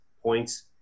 points